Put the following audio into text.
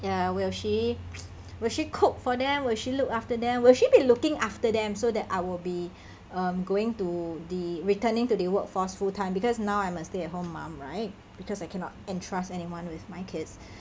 ya will she will she cook for them will she look after them will she be looking after them so that I will be um going to the returning to the workforce full time because now I'm a stay-at-home mum right because I cannot entrust anyone with my kids